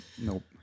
Nope